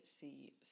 see